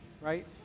Right